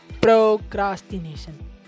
procrastination